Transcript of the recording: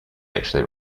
actually